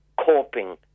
coping